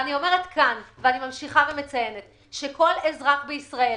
אני ממשיכה ומציינת שכל אזרח בישראל